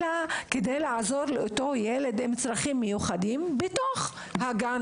אלא כדי לעזור לאותו ילד עם צרכים מיוחדים בתוך הגן